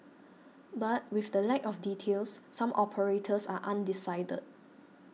but with the lack of details some operators are undecided